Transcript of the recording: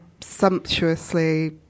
sumptuously